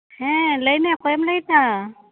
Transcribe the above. ᱦᱮᱸ ᱞᱟᱹᱭ ᱢᱮ ᱚᱠᱚᱭᱮᱢ ᱞᱟᱹᱭ ᱫᱟ